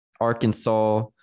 Arkansas